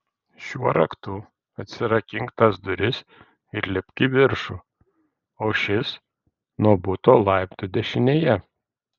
šiuo raktu atsirakink tas duris ir lipk į viršų o šis nuo buto laiptų dešinėje